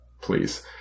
please